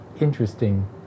interesting